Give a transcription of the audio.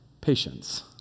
patience